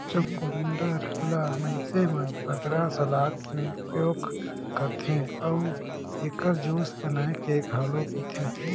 चुकंदर ल मइनसे मन बगरा सलाद में उपयोग करथे अउ एकर जूस बनाए के घलो पीथें